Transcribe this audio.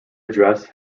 address